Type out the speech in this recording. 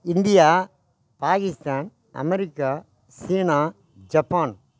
India Pakistan America China Japan